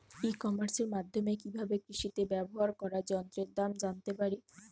ই কমার্সের মাধ্যমে কি ভাবে কৃষিতে ব্যবহার করা যন্ত্রের দাম জানতে পারি?